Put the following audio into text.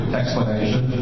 explanation